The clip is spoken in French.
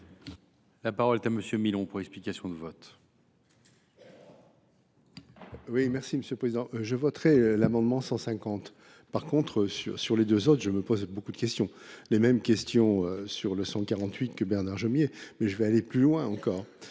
La parole est à M. Alain Milon, pour explication de vote.